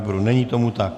Není tomu tak.